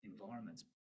environments